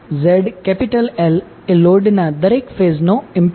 • ZLએ લોડના દરેક ફેઝનો ઇમ્પિડન્સ છે